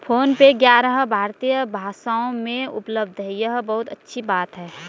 phone पे ग्यारह भारतीय भाषाओं में उपलब्ध है यह बहुत अच्छी बात है